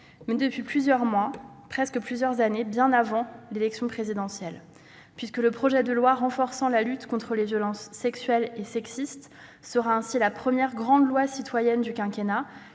engagé depuis plusieurs mois, voire depuis plusieurs années, bien avant l'élection présidentielle. Une fois adopté, le projet de loi renforçant la lutte contre les violences sexuelles et sexistes sera ainsi la première grande loi citoyenne du quinquennat,